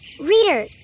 Reader